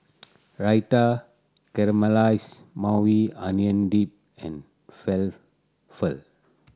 Raita Caramelized Maui Onion Dip and Falafel